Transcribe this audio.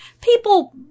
People